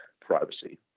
privacy